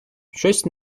щось